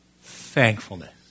Thankfulness